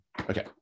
Okay